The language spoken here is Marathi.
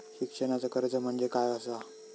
शिक्षणाचा कर्ज म्हणजे काय असा?